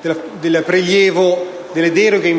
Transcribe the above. delle deroghe